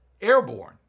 airborne